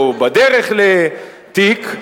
או בדרך לתיק.